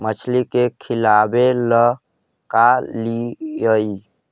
मछली के खिलाबे ल का लिअइ?